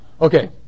Okay